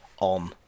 on